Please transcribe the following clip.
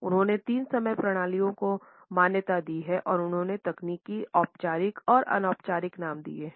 उन्होंने तीन समय प्रणालियों को मान्यता दी है और उन्हें तकनीकी औपचारिक और अनौपचारिक नाम दिया है